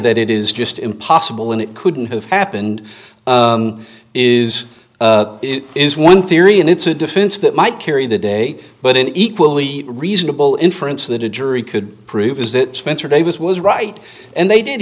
that it is just impossible and it couldn't have happened is it is one theory and it's a defense that might carry the day but an equally reasonable inference that a jury could prove is that spencer davis was right and they did